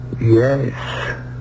yes